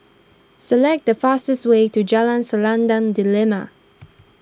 select the fastest way to Jalan Selendang Delima